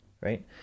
right